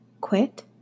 Quit